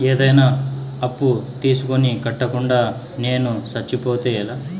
ఏదైనా అప్పు తీసుకొని కట్టకుండా నేను సచ్చిపోతే ఎలా